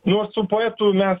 nu su poetu mes